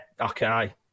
okay